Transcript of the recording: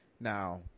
Now